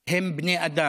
הם בני אדם.